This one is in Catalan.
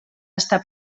està